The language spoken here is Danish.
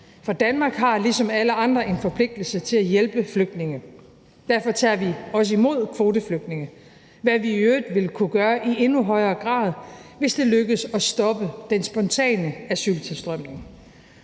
for Danmark har ligesom alle andre en forpligtelse til at hjælpe flygtninge. Derfor tager vi også imod kvoteflygtninge, hvad vi i øvrigt ville kunne gøre i endnu højere grad, hvis det lykkes at stoppe den spontane asyltilstrømning.